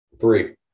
Three